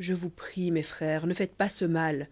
je vous prie mes frères ne faites pas mal